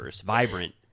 vibrant